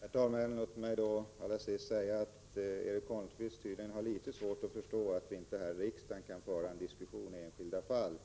Herr talman! Erik Holmkvist har tydligen litet svårt att förstå att vi inte här i riksdagen kan föra en diskussion om enskilda fall.